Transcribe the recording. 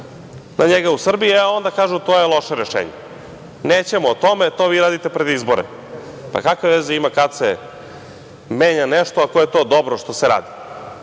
na njega u Srbiji, e onda kažu – to je loše rešenje. Nećemo o tome, to vi radite pred izbore. Kakve veze ima kad se menja nešto ako je to dobro što se radi,